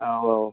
औ औ